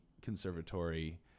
conservatory